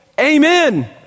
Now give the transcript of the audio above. Amen